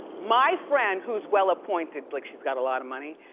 my friend, who's well-appointed, like she's got a lot of money,